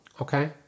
Okay